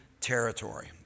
territory